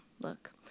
look